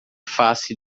face